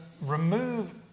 remove